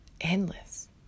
endless